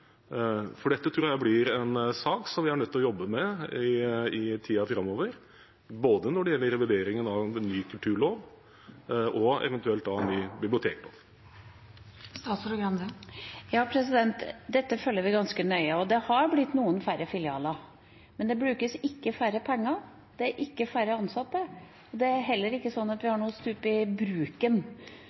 bor. Dette tror jeg blir en sak som vi er nødt til å jobbe med i tida framover, både når det gjelder revideringen av en ny kulturlov og eventuelt av bibliotekloven. Dette følger vi ganske nøye. Det har blitt noen færre filialer, men det brukes ikke færre penger, det er ikke færre ansatte, og det er heller ikke sånn at vi har noe stup i bruken